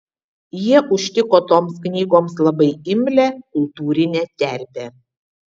jie užtiko toms knygoms labai imlią kultūrinę terpę